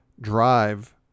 drive